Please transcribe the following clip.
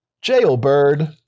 jailbird